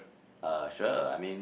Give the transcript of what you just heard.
uh sure I mean